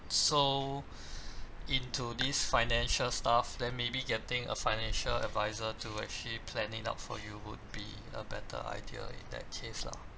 so into these financial stuff then maybe getting a financial advisor to actually plan it out for you would be a better idea in that case lah